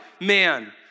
man